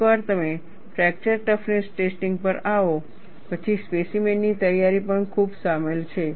એકવાર તમે fracture toughness testing પર આવો પછી સ્પેસીમેન ની તૈયારી પણ ખૂબ સામેલ છે